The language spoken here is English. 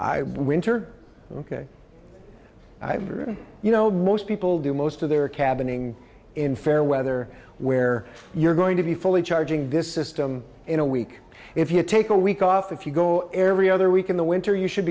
i winter ok you know most people do most of their cabin ing in fair weather where you're going to be fully charging this system in a week if you take a week off if you go every other week in the winter you should